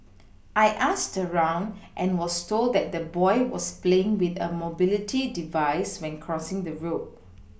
I asked around and was told that the boy was playing with a mobility device when crossing the road